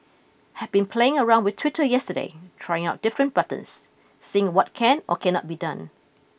had been playing around with Twitter yesterday trying out different buttons seeing what can or cannot be done